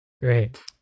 Great